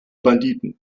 banditen